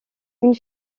une